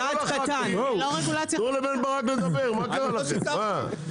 תנו לבן ברק לדבר, מה קרה לכם?